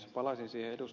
palaisin siihen ed